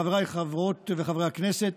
חבריי חברות וחברי הכנסת,